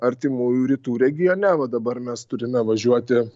artimųjų rytų regione o dabar mes turime važiuoti